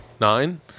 nine